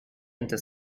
inte